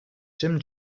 jim